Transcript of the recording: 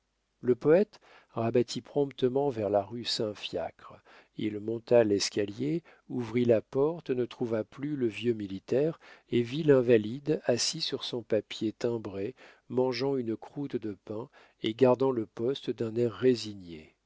le poète rabattit promptement vers la rue saint fiacre il monta l'escalier ouvrit la porte ne trouva plus le vieux militaire et vit l'invalide assis sur son papier timbré mangeant une croûte de pain et gardant le poste d'un air résigné